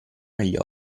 negli